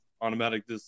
automatic